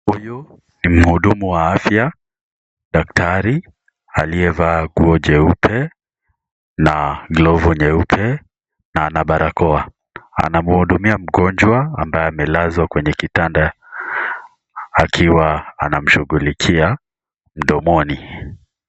Huyu ni mhudumu wa afya daktari aliyevaa nguo jeupe na glovu nyeupe na ana barakoa, anamhudumia mgonjwa ambaye amelazwa kwenye kitanda akiwa anamshugulikia mdomoni.